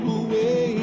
away